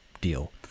deal